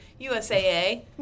USAA